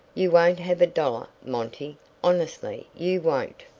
you won't have a dollar, monty honestly you won't.